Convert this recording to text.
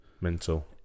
mental